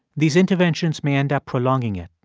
these interventions may end up prolonging it